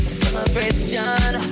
celebration